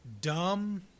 dumb